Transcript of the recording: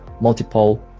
multiple